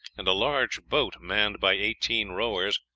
and a large boat, manned by eighteen rowers,